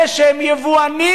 אלה שהם יבואנים,